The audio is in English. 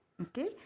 okay